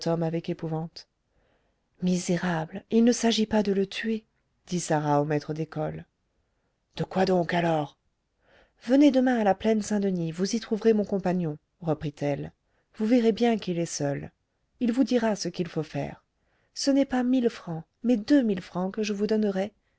avec épouvante misérable il ne s'agit pas de le tuer dit sarah au maître d'école de quoi donc alors venez demain à la plaine saint-denis vous y trouverez mon compagnon reprit-elle vous verrez bien qu'il est seul il vous dira ce qu'il faut faire ce n'est pas mille francs mais deux mille francs que je vous donnerai